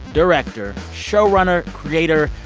director, showrunner, creator,